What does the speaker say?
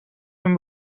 him